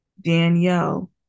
Danielle